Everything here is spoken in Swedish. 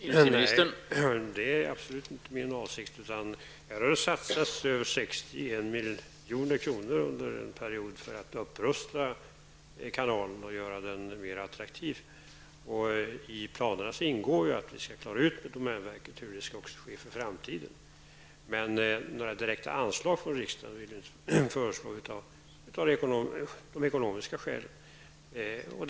Herr talman! Det är absolut inte min avsikt. Här har satsats över 60 milj.kr. under en period för att upprusta kanalen och göra den mer attraktiv. I planerna ingår att regeringen tillsammans med domänverket skall reda ut hur underhållet skall ske i framtiden. Men av ekonomiska skäl föreslår regeringen inte riksdagen några direkta anslag.